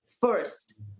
first